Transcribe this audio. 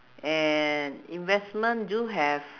and investment do have